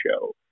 show